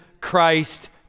Christ